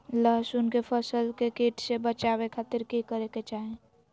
लहसुन के फसल के कीट से बचावे खातिर की करे के चाही?